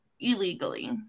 illegally